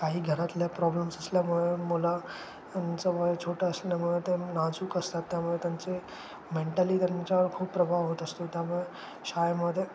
काही घरातल्या प्रॉब्लेम्स असल्यामुळं मुला त्यांचं वय छोटं असण्यामुळे ते नाजूक असतात त्यामुळे त्यांचे मेंटली त्यांच्यावर खूप प्रभाव होत असतो त्यामुळे शाळेमध्ये